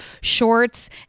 shorts